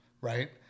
Right